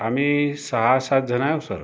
आमी सहा सात जणं आहोत सर